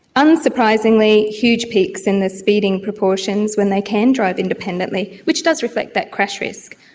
unsurprisingly huge peaks in the speeding proportions when they can drive independently, which does reflect that crash risk.